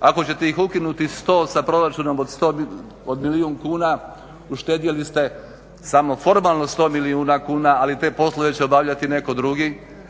Ako ćete ih ukinuti 100 sa proračunom od milijun kuna uštedjeli ste samo formalno 100 milijuna kuna ali te poslove će obavljati netko drugi.